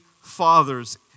fathers